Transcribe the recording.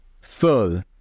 full